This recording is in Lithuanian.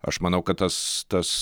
aš manau kad tas tas